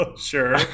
Sure